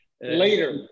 later